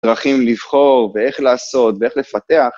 דרכים לבחור ואיך לעשות ואיך לפתח.